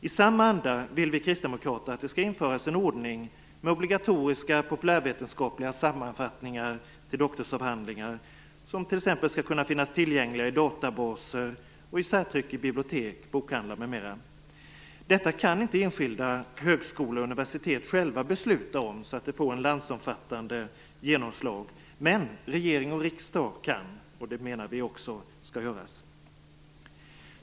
I samma anda vill vi kristdemokrater att det skall införas en ordning med obligatoriska populärvetenskapliga sammanfattningar till doktorsavhandlingar, som t.ex. skall finnas tillgängliga i databaser och i särtryck i bibliotek och bokhandlare. Detta kan inte enskilda högskolor och universitet själva besluta om så att det får ett landsomfattande genomslag, men regering och riksdag kan. Det menar vi också skall göras.